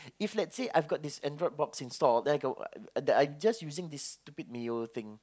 if let's say I got this Android box installed then I can watch that I just using this stupid Mio thing